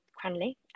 Cranley